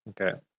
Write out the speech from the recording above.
Okay